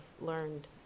learned